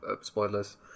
Spoilers